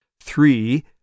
Three